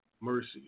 mercy